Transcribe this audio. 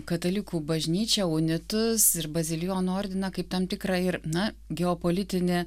katalikų bažnyčią unitus ir bazilijonų ordiną kaip tam tikrą ir na geopolitinį